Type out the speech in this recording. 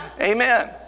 Amen